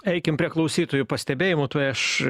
eikim prie klausytojų pastebėjimų tuoj aš